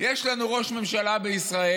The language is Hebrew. יש לנו ראש ממשלה בישראל,